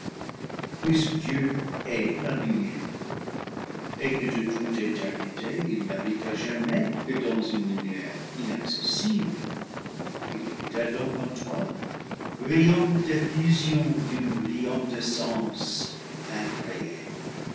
dieu est la lumière et que de toute éternité il n'habita jamais que dans une lumière inaccessible il habita donc en toi brillante effusion d'une brillante essence incréée